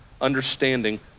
understanding